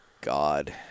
God